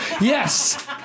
yes